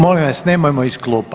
Molim vas nemojmo iz klupa.